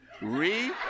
re